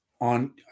on